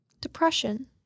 Depression